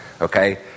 Okay